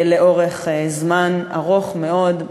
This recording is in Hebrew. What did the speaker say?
לאורך זמן רב מאוד,